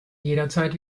jederzeit